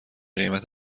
قیمت